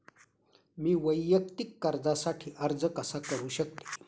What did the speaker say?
मी वैयक्तिक कर्जासाठी अर्ज कसा करु शकते?